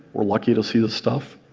we're lucky to see this stuff.